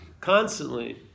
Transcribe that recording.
constantly